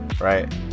right